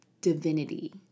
divinity